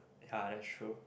ya that's true